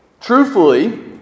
Truthfully